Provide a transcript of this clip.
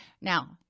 Now